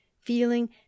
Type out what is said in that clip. feeling